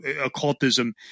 occultism